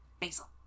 Basil